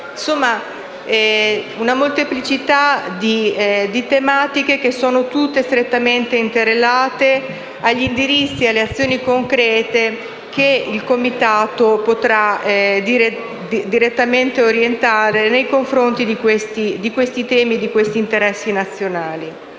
Quindi, una molteplicità di tematiche, tutte strettamente interrelate agli indirizzi e alle azioni concrete che il Comitato potrà direttamente orientare nei confronti di questi temi e interessi nazionali.